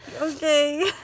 Okay